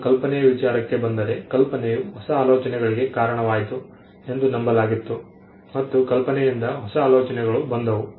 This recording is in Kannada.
ಈಗ ಕಲ್ಪನೆಯ ವಿಚಾರಕ್ಕೆ ಬಂದರೆ ಕಲ್ಪನೆಯು ಹೊಸ ಆಲೋಚನೆಗಳಿಗೆ ಕಾರಣವಾಯಿತು ಎಂದು ನಂಬಲಾಗಿತ್ತು ಮತ್ತು ಕಲ್ಪನೆಯಿಂದ ಹೊಸ ಆಲೋಚನೆಗಳು ಬಂದವು